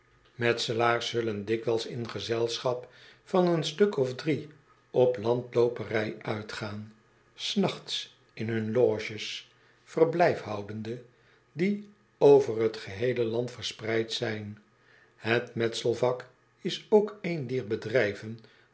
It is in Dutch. metselaars zullen dikwijls in gezelschap van een stuk of drie op landlooperij uitgaan s nachts in hun lodges verblijf houdende die over t geheele land verspreid zijn het metselvak is ook eendier bedrijven